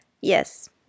yes